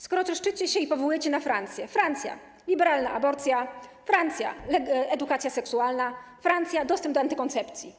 Skoro troszczycie się i powołujecie się na Francję, to: Francja - liberalna aborcja, Francja - edukacja seksualna, Francja - dostęp do antykoncepcji.